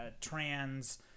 trans